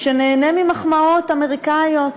שנהנה ממחמאות אמריקניות